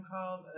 called